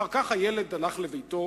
אחר כך הלך הילד לביתו,